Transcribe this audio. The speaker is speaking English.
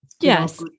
Yes